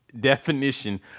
definition